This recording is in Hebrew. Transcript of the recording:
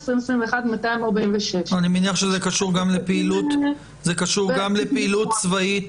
2021 246. זה קשור גם לפעילות צבאית,